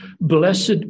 blessed